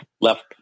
left